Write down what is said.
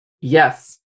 yes